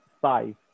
five